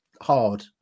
hard